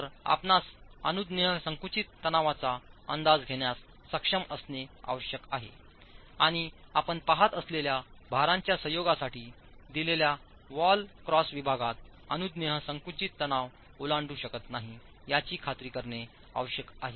तर आपणास अनुज्ञेय संकुचित तणावाचा अंदाज घेण्यास सक्षम असणे आवश्यक आहे आणि आपण पहात असलेल्या भारांच्या संयोगासाठी दिलेल्या वॉल क्रॉस विभागात अनुज्ञेय संकुचित तणाव ओलांडू शकत नाही याची खात्री करणे आवश्यक आहे